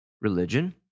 religion